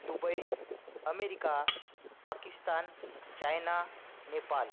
Dubai America Pakistan China Nepal